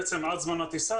בעצם עד זמן טיסה,